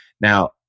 Now